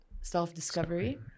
self-discovery